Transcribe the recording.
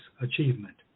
achievement